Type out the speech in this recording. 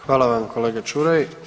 Hvala vam kolega Čuraj.